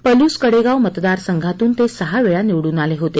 पलूस कडेगाव मतदारसंघातून ते सहा वेळा निवडून आले होते